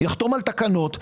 יחתום על תקנות שאומרות: